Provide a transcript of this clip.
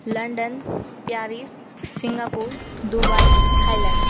London Paris Singapore Dubai Thailand